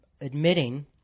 admitting